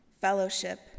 fellowship